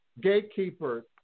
gatekeepers